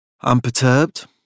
Unperturbed